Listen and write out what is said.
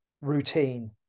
routine